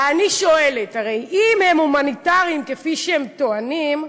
ואני שואלת, הרי אם הם הומניטריים כפי שהם טוענים,